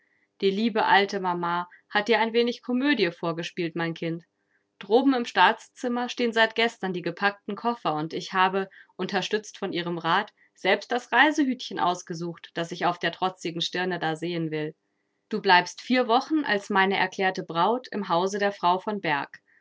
die liebe alte mama hat dir ein wenig komödie vorgespielt mein kind droben im staatszimmer stehen seit gestern die gepackten koffer und ich habe unterstützt von ihrem rat selbst das reisehütchen ausgesucht das ich auf der trotzigen stirne da sehen will du bleibst vier wochen als meine erklärte braut im hause der frau von berg